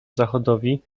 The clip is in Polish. zachodowi